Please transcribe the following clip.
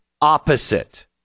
opposite